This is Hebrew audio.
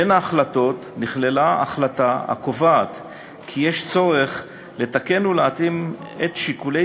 בין ההחלטות נכללה החלטה הקובעת כי יש צורך לתקן ולהתאים את שיקולי